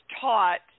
taught